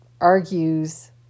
argues